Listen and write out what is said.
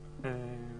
אני אתאר את התהליך.